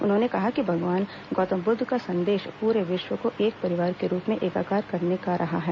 उन्होंने कहा कि भगवान गौतम बुद्ध का संदेश पूरे विश्व को एक परिवार के रूप में एकाकार करने का रहा है